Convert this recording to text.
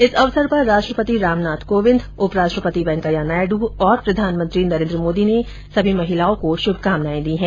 इस अवसर पर राष्ट्रपति रामनाथ कोविंद उपराष्ट्रपति वैंकेया नायडू और प्रधानमंत्री नरेन्द्र मोदी ने सभी महिलाओं को शुभकामनाएं दी हैं